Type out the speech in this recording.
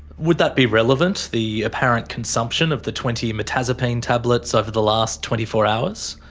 would that be relevant, the apparent consumption of the twenty mirtazepine tablets over the last twenty four hours?